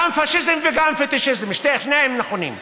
גם פאשיזם וגם פטישיזם, שניהם נכונים.